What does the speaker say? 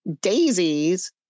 daisies